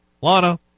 Lana